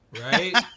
Right